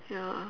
ya